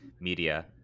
Media